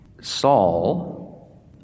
Saul